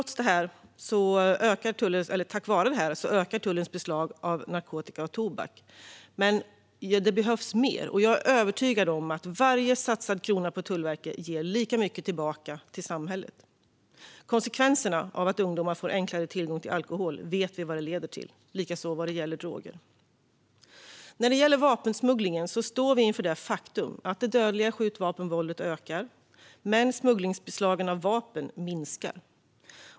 Tack vare detta ökar tullens beslag av narkotika och tobak, men det behövs mer. Jag är övertygad om att varje satsad krona på Tullverket ger lika mycket tillbaka till samhället. Vi känner till konsekvenserna av att ungdomar får enklare tillgång till alkohol, och samma sak gäller för droger. När det gäller vapensmugglingen står vi inför det faktum att det dödliga skjutvapenvåldet ökar men smugglingsbeslagen av vapen minskar.